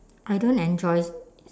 I don't enjoy